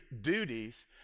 duties